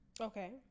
Okay